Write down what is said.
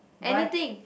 anything